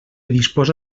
disposa